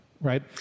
right